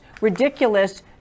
ridiculous